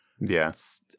yes